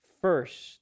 first